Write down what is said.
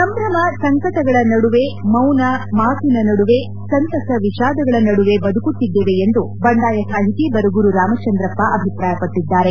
ಸಂಭ್ರಮ ಸಂಕಟಗಳ ನಡುವೆ ಮೌನ ಮಾತಿನ ನಡುವೆ ಸಂತಸ ವಿಷಾದಗಳ ನಡುವೆ ಬದುಕುತ್ತಿದ್ದೇವೆ ಎಂದು ಬಂಡಾಯ ಸಾಹಿತಿ ಬರಗೂರು ರಾಮಚಂದ್ರಪ್ಪ ಅಭಿಪ್ರಾಯಪಟ್ಟದ್ದಾರೆ